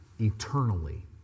eternally